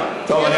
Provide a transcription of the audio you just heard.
זה לא טעות,